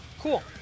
Cool